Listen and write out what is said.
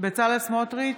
בצלאל סמוטריץ'